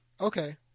Okay